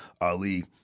Ali